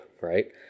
right